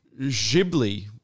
Ghibli